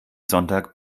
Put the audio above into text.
sonntag